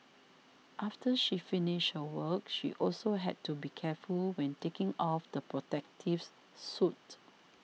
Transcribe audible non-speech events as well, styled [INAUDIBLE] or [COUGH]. after she finished her work she also had to be careful when taking off the protective [UNINTELLIGIBLE] suit